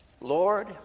Lord